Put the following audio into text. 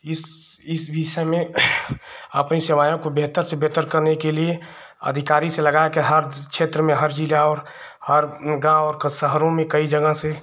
इस इस विषय में अपनी सेवाओं को बेहतर से बेहतर करने के लिए अधिकारी से लगाकर हर जो क्षेत्र में हर ज़िला और हर गाँव और कई शहरों में कई जगह से